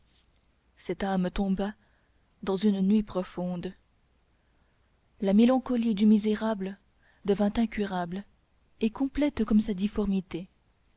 cette âme tomba dans une nuit profonde la mélancolie du misérable devint incurable et complète comme sa difformité